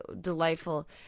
delightful